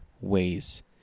ways